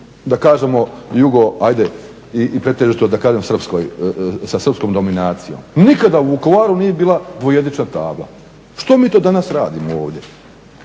da kažem Jugo i pretežito sa srpskom dominacijom. Nikada u Vukovaru nije bila dvojezična tabla. Što mi to danas radimo ovdje